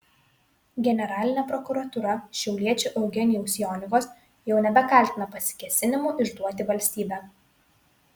generalinė prokuratūra šiauliečio eugenijaus jonikos jau nebekaltina pasikėsinimu išduoti valstybę